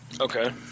Okay